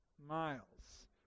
Miles